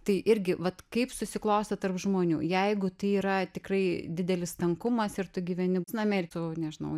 tai irgi vat kaip susiklostė tarp žmonių jeigu tai yra tikrai didelis tankumas ir tu gyveni name ir tu nežinau